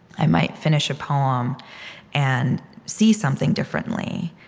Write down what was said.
i might finish a poem and see something differently.